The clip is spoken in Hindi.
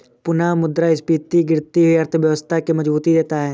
पुनःमुद्रस्फीति गिरती हुई अर्थव्यवस्था के मजबूती देता है